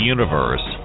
Universe